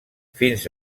fins